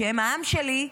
שהם העם שלי,